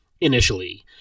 initially